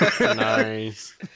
Nice